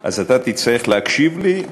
אז אתה תצטרך להקשיב לי.